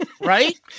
Right